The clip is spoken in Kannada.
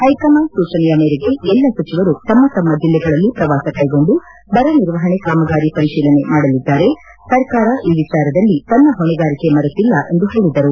ಹೈಕಮಾಂಡ್ ಸೂಚನೆಯ ಮೇರೆಗೆ ಎಲ್ಲ ಸಚಿವರು ತಮ್ನ ತಮ್ನ ಜಿಲ್ಲೆಗಳಲ್ಲಿ ಪ್ರವಾಸ ಕೈಗೊಂಡು ಬರ ನಿರ್ವಹಣೆ ಕಾಮಗಾರಿ ಪರಿಶೀಲನೆ ಮಾಡಲಿದ್ದಾರೆ ಸರ್ಕಾರ ಈ ವಿಚಾರದಲ್ಲಿ ತನ್ನ ಹೊಣೆಗಾರಿಕೆ ಮರೆತಿಲ್ಲ ಎಂದು ಹೇಳಿದರು